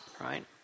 Right